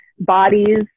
bodies